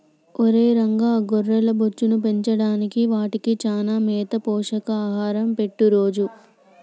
ఒరై రంగ గొర్రెల బొచ్చును పెంచడానికి వాటికి చానా మేత పోషక ఆహారం పెట్టు రోజూ